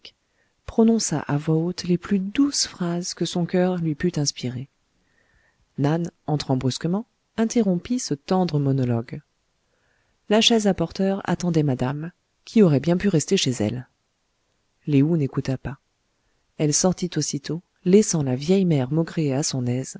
à voix haute les plus douces phrases que son coeur lui put inspirer nan entrant brusquement interrompit ce tendre monologue la chaise à porteurs attendait madame qui aurait bien pu rester chez elle lé ou n'écouta pas elle sortit aussitôt laissant la vieille mère maugréer à son aise